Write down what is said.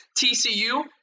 TCU